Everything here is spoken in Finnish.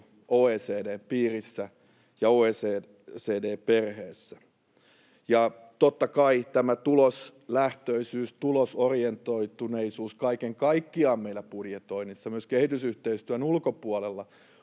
OECD:n piirissä ja OECD-perheessä. Ja totta kai tämä tuloslähtöisyys, tulosorientoituneisuus kaiken kaikkiaan meillä budjetoinnissa, myös kehitysyhteistyön ulkopuolella,